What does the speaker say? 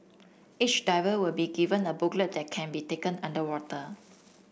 each diver will be given a booklet that can be taken underwater